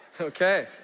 Okay